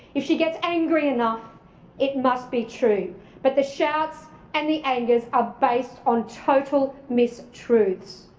if she gets angry enough it must be true but the shouts and the angers ah based on total mistruths.